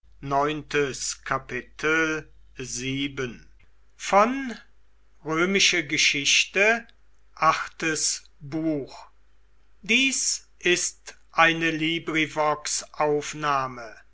sind ist eine